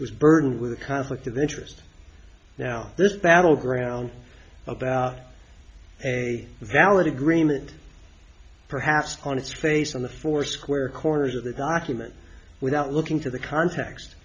was burdened with a conflict of interest now this battleground about a valid agreement perhaps on its face on the four square corners of the document without looking to the context